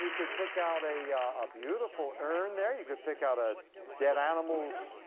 could pick out a a beautiful urn there. you could pick out a dead animal's